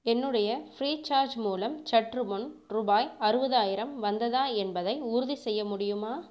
என்னுடைய FreeCharge மூலம் சற்றுமுன் ரூபாய் அறுபதாயிரம் வந்ததா என்பதை உறுதி செய்ய முடியுமா